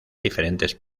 diferentes